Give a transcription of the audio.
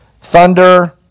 Thunder